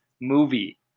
movie